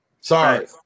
Sorry